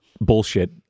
bullshit